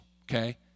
Okay